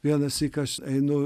vieną syk aš einu